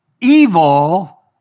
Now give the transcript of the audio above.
evil